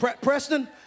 Preston